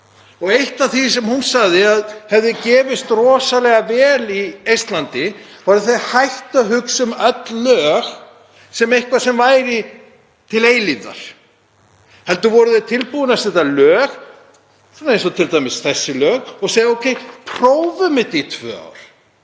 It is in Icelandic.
Eitt af því sem hún sagði að hefði gefist rosalega vel í Eistlandi var að þau hættu að hugsa um öll lög sem eitthvað sem stæði til eilífðar heldur væru þau tilbúin að setja lög, eins og t.d. þessi lög, og segja: Ókei, prófum þetta í tvö ár.